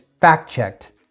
fact-checked